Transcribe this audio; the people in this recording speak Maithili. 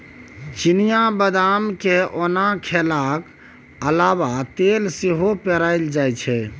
चिनियाँ बदाम केँ ओना खेलाक अलाबा तेल सेहो पेराएल जाइ छै